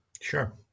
Sure